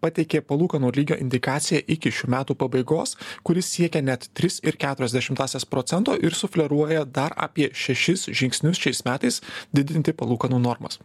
pateikė palūkanų lygio indikaciją iki šių metų pabaigos kuri siekia net tris ir keturias dešimtąsias procento ir sufleruoja dar apie šešis žingsnius šiais metais didinti palūkanų normas